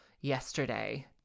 yesterday